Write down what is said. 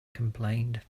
complained